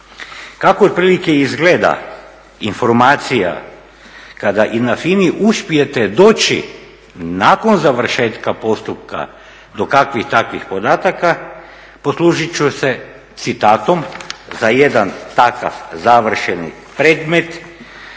Kako otprilike izgleda informacija kada i na FINA-i uspijete doći nakon završetka postupka, do kakvih takvih podataka poslužit ću se citatom za jedan takav završeni predmet